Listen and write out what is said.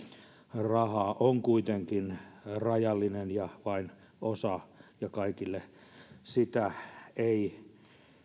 rahaa on kuitenkin rajallisesti ja vain osalle ja kaikille sitä ei